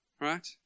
right